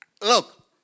Look